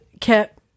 kept